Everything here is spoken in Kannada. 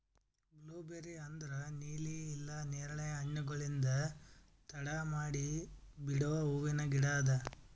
ಬ್ಲೂಬೇರಿ ಅಂದುರ್ ನೀಲಿ ಇಲ್ಲಾ ನೇರಳೆ ಹಣ್ಣುಗೊಳ್ಲಿಂದ್ ತಡ ಮಾಡಿ ಬಿಡೋ ಹೂವಿನ ಗಿಡ ಅದಾ